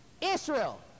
israel